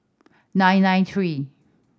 nine nine three